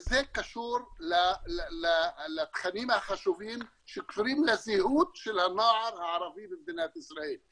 זה קשור לתכנים החשובים שקשורים לזהות של הנוער הערבי במדינת ישראל.